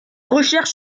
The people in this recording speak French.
recherches